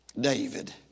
David